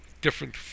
different